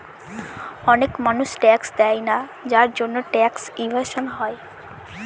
অনেক মানুষ ট্যাক্স দেয়না যার জন্যে ট্যাক্স এভাসন হয়